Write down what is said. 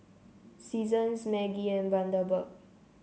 Seasons Maggi and Bundaberg